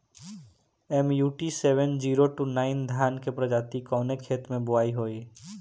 MUT seven zero two nine धान के प्रजाति कवने खेत मै बोआई होई?